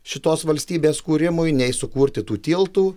šitos valstybės kūrimui nei sukurti tų tiltų